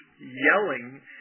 yelling